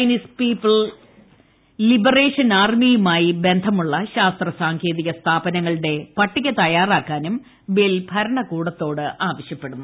Chinese people liberation ആർമിയുമായി ബന്ധമുള്ള ശാസ്ത്ര സാങ്കേതിക സ്ഥാപനങ്ങളുടെ പട്ടിക തയാറാക്കാനും ബിൽ ഭരണകൂടത്തോട് ആവശ്യപ്പെടുന്നു